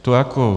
To jako...